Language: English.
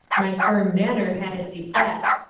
my firm manner had its effect.